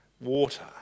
water